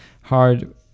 hard